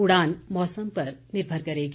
उड़ान मौसम पर निर्भर करेगी